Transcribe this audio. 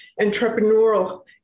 entrepreneurial